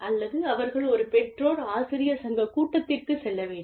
அல்லது அவர்கள் ஒரு பெற்றோர் ஆசிரியர் சங்க கூட்டத்திற்குச் செல்ல வேண்டும்